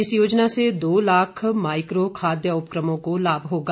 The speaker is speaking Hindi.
इस योजना से दो लाख माइक्रो खाद्य उपक्रमों को लाभ होगा